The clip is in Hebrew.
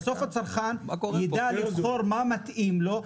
ובסוף הצרכן ידע לבחור מה מתאים לו.